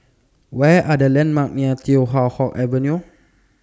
What Are The landmarks near Teow Hock Avenue